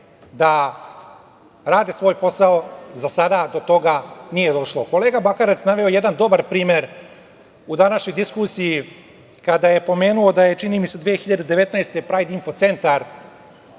da rade svoj posao, za sada do toga nije došlo. Kolega Bakarac je naveo jedan dobar primer u današnjoj diskusiji, kada je pomenuo da je, čini mi se 2019. godine, Prajd Info Centar,